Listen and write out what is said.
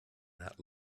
that